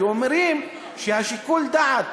כי אומרים ששיקול הדעת,